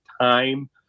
time